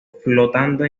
flotando